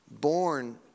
born